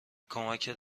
کمکت